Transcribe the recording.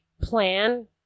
plan